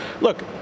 look